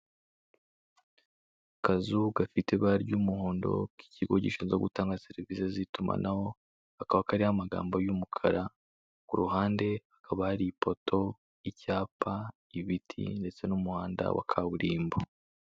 Akazu gafite ibara ry'umuhondo k'ikigo gishinzwe gutanga serivisi z'itumanaho, kakaba kariho amagambo y'umukara, ku ruhande hakaba hari ipoto, icyapa, ibiti ndetse n'umuhanda wa kaburimbo.